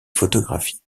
photographie